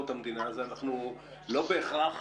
אנחנו לא בהכרח